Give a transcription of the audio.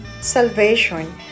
salvation